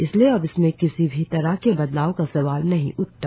इसलिए अब इसमें किसी भी तरह के बदलाव का सवाल नहीं उठता